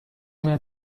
متر